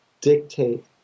dictate